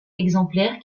exemplaires